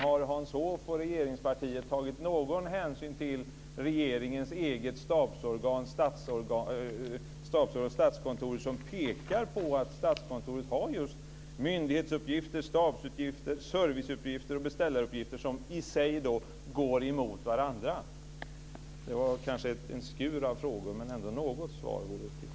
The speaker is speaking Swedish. Har Hans Hoff och regeringspartiet tagit någon hänsyn till regeringens eget stabsorgan, Statskontoret, som pekar på att Statskontoret har just myndighetsuppgifter, stabsuppgifter, serviceuppgifter och beställaruppgifter som i sig går emot varandra? Detta var kanske en skur av frågor, men något svar vore bra.